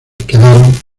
quedaron